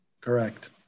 Correct